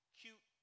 cute